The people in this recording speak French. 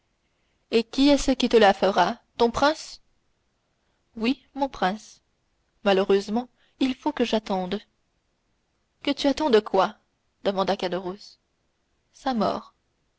et qui est-ce qui te le fera ton prince oui mon prince malheureusement il faut que j'attende que tu attendes quoi demanda caderousse sa mort